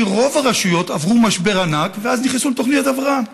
כי רוב הרשויות עברו משבר ענק ונכנסו לתוכניות הבראה.